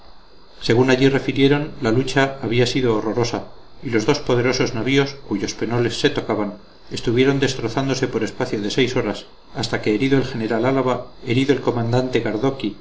según allí refirieron la lucha había sido horrorosa y los dos poderosos navíos cuyos penoles se tocaban estuvieron destrozándose por espacio de seis horas hasta que herido el general álava herido el comandante